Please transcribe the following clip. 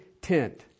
tent